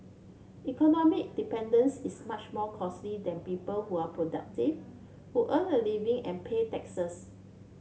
economic dependence is much more costly than people who are productive who earn a living and pay taxes